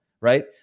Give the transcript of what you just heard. right